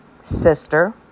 sister